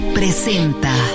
presenta